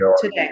today